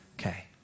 Okay